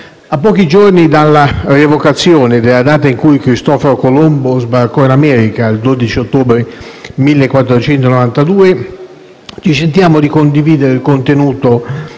A pochi giorni dalla rievocazione della data in cui Cristoforo Colombo sbarcò in America - il 12 ottobre 1492 - ci sentiamo di condividere il contenuto